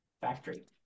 factory